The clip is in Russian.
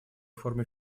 формы